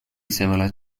similar